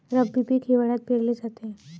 रब्बी पीक हिवाळ्यात पेरले जाते